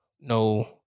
no